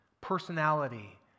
personality